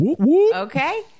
Okay